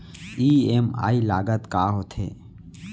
EMI लागत का होथे?